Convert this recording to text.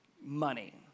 money